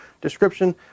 description